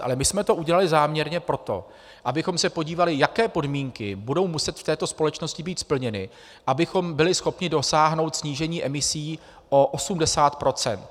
Ale my jsme to udělali záměrně proto, abychom se podívali, jaké podmínky budou muset v této společnosti být splněny, abychom byli schopni dosáhnout snížení emisí o 80 %.